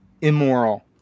immoral